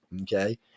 okay